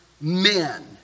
men